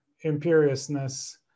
imperiousness